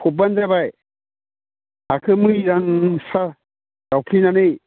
फबानो जाबाय हाखौ मोजां स्रा जावफ्लेनानै